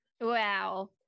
Wow